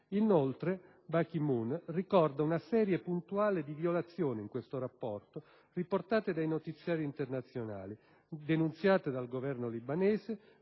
rapporto, Ban Ki-Moon ricorda una serie puntuale di violazioni, riportate dai notiziari internazionali, denunziate dal Governo libanese,